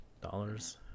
dollars